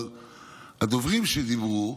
אבל הדוברים שדיברו,